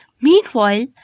Meanwhile